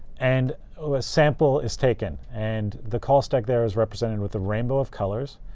and a sample is taken. and the call stack there is represented with a rainbow of colors.